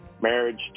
marriage